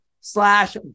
slash